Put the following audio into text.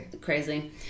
Crazy